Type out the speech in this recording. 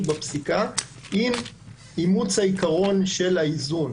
בפסיקה עם אימוץ העיקרון של האיזון,